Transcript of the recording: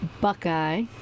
Buckeye